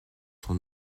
sont